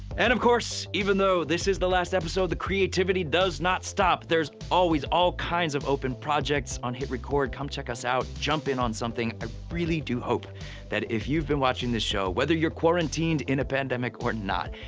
and of course, even though this is the last episode, the creativity does not stop. there's always all kinds of open projects on hitrecord. come check us out. jump in on something. i really do hope that if you've been watching this show, whether you're quarantined in a pandemic or not,